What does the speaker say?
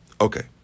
Okay